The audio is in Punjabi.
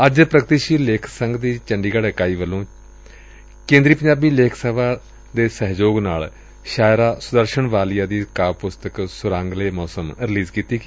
ਅੱਜ ਪ੍ਗਤੀਸ਼ੀਲ ਲੇਖਕ ਸੰਘ ਦੀ ਚੰਡੀਗੜ੍ ਇਕਾਈ ਵੱਲੋਂ ਕੇਂਦਰੀ ਪੰਜਾਬੀ ਲੇਖਕ ਸਭਾ ਦੇ ਸਹਿਯੋਗ ਨਾਲ ਸ਼ਾਇਰਾ ਸੁਦਰਸ਼ਨ ਵਾਲੀਆ ਦੀ ਕਾਵਿ ਪੁਸਤਕ ਸੁਰਾਗਲੇ ਮੌਸਮ ਰਲੀਜ਼ ਕੀਤੀ ਗਈ